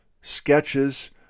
sketches